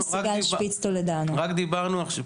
אני רוצה להגיד משהו חשוב בשם ההורים שפחות דיברנו עליו.